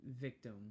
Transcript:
victim